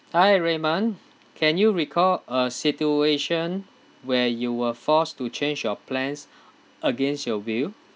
hi raymond can you recall a situation where you were forced to change your plans against your will